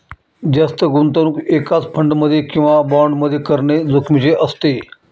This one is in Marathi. जास्त गुंतवणूक एकाच फंड मध्ये किंवा बॉण्ड मध्ये करणे जोखिमीचे असते